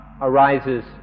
arises